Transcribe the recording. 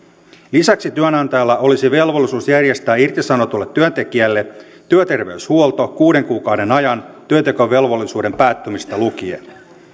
lisäksi työnantajalla olisi velvollisuus järjestää irtisanotulle työntekijälle työterveyshuolto kuuden kuukauden ajan työntekovelvollisuuden päättymisestä lukien